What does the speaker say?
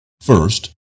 First